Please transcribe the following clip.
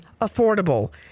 affordable